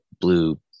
blue